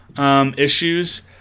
Issues